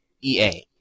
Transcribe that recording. EA